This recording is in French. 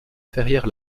ferrière